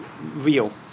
real